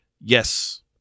yes